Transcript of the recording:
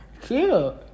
Cute